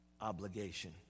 obligation